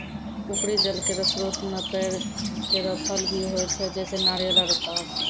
उपरी जल केरो स्रोत म पेड़ केरो फल भी होय छै, जैसें नारियल आरु तार